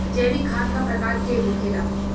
जैविक खाद का प्रकार के होखे ला?